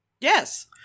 Yes